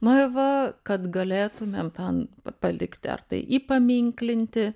na ir va kad galėtume ten palikti ar tai įpaminklinti